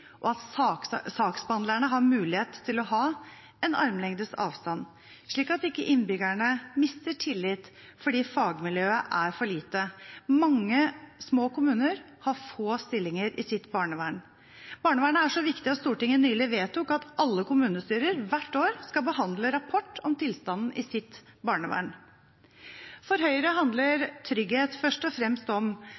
utvikling, og at saksbehandlerne har mulighet til å ha en armlengdes avstand, slik at ikke innbyggerne mister tillit fordi fagmiljøet er for lite. Mange små kommuner har få stillinger i sitt barnevern. Barnevernet er så viktig at Stortinget nylig vedtok at alle kommunestyrer hvert år skal behandle rapport om tilstanden i sitt barnevern. For Høyre handler